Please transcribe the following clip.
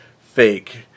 Fake